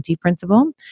principle